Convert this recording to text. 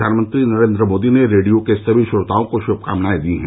प्रधानमंत्री नरेंद्र मोदी ने रेडियो के सभी श्रोताओं को शभकामनायें दी हैं